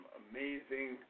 amazing